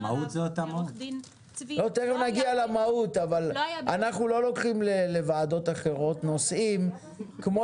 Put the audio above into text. אנחנו לא לוקחים לוועדות אחרות נושאים כמו